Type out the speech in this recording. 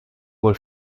wohl